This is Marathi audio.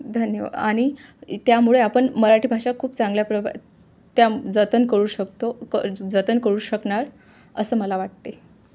धन्यवाद आणि त्यामुळे आपण मराठी भाषा खूप चांगल्या प्रक त्या जतन करू शकतो क जतन करू शकणार असं मला वाटते